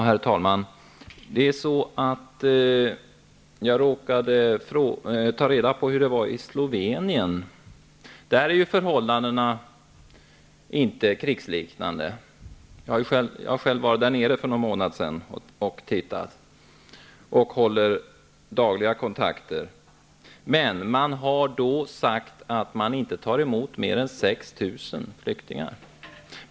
Herr talman! Jag har tagit reda på hur det är i Slovenien. Där är inte förhållandena krigsliknande. För några månader sedan var jag själv där nere, och jag håller dagliga kontakter med Slovenien. Men här har man sagt att man inte tar emot fler än 6 000 flyktingar.